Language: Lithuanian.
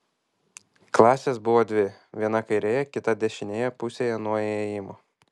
klasės buvo dvi viena kairėje kita dešinėje pusėje nuo įėjimo